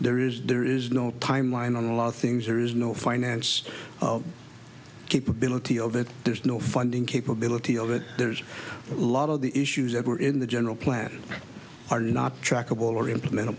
there is there is no timeline on a lot of things there is no finance capability of it there's no funding capability of it there's a lot of the issues that were in the general plan are not trackable or implemented